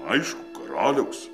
aišku karaliaus